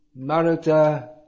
Maruta